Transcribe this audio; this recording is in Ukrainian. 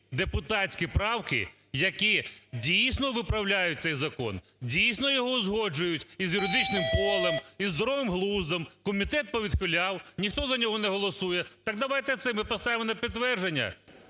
депутатські правки, які дійсно виправляють цей закон, дійсно його узгоджують із юридичним полем, із здоровим глуздом, комітет повідхиляв, ніхто за нього не голосує. Так давайте це ми поставимо на підтвердження,